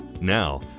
Now